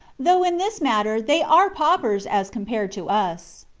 though in this matter they are paupers as compared to us.